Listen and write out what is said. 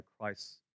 Christ